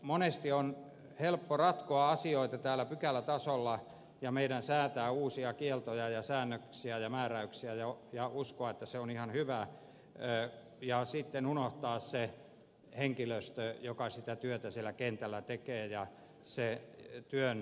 monesti on helppo ratkoa asioita täällä pykälätasolla ja meidän säätää uusia kieltoja ja säännöksiä ja määräyksiä ja uskoa että se on ihan hyvä ja sitten unohtaa se henkilöstö joka sitä työtä kentällä tekee ja se työnjohtojoukko